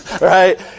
Right